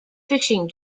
fishing